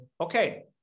okay